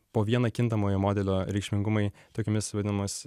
po vieną kintamojo modelio reikšmingumai tokiomis vadinamos